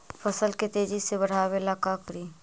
फसल के तेजी से बढ़ाबे ला का करि?